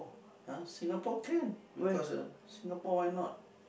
!huh! Singapore can because uh Singapore why not